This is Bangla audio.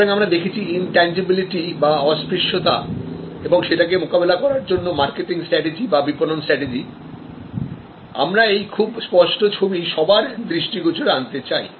সুতরাং আমরা দেখেছি intangibility বা অস্পৃশ্যতা এবং সেটাকে মোকাবিলা করার জন্য মার্কেটিং স্ট্রাটেজি বা বিপণন স্ট্র্যাটেজি আমরা একটা খুব স্পষ্ট ছবি সবার দৃষ্টিগোচরে আনতে চাই